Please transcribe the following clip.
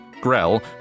Grell